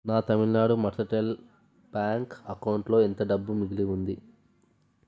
నా Tamil Nadu mercantile bank అకౌంట్లో ఎంత డబ్బు మిగిలి ఉంది